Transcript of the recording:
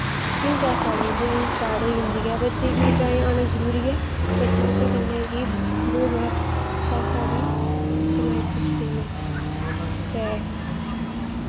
तिन्न चार साल च स्टार्ट होई जंदी ऐ बच्चें गी बच्चें गी ड्राइंग औंना जरूरी ऐ बच्चें गी ओह्दे कन्नै गै बौह्त जैदा पैसा बी कमाई सकदे न ते